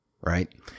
right